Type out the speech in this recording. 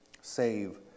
save